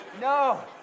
No